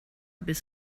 bis